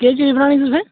केह् चीज बनवानी तुसें